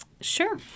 Sure